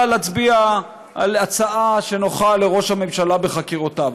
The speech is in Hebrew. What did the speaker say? להצביע על הצעה שנוחה לראש הממשלה בחקירותיו.